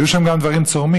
היו שם גם דברים צורמים.